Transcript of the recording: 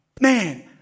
Man